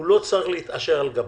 הוא לא צריך להתעשר על גבם.